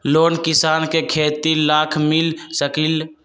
Loan किसान के खेती लाख मिल सकील?